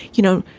you know,